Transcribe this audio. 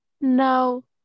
no